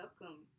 welcome